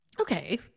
Okay